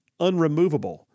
unremovable